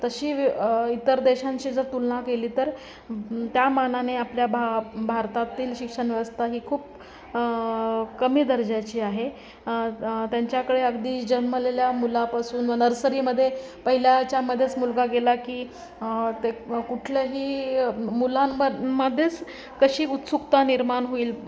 तशी इतर देशांशी जर तुलना केली तर त्या मानाने आपल्या भा भारतातील शिक्षण व्यवस्था ही खूप कमी दर्जाची आहे त्यांच्याकडे अगदी जन्मलेल्या मुलापासून व नर्सरीमध्ये पहिल्याच्यामध्येच मुलगा गेला की ते कुठलंही मुलांममध्येच कशी उत्सुकता निर्माण होईल